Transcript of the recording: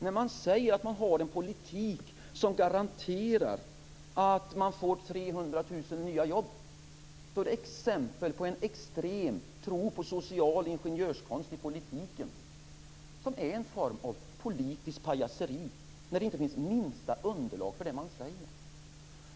När man säger att man för en politik som garanterar 300 000 nya jobb, är det ett exempel på en extrem tro på social ingenjörskonst i politiken, och det är en form av politiskt pajaseri. Det finns inte minsta underlag för det som man säger.